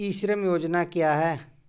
ई श्रम योजना क्या है?